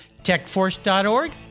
techforce.org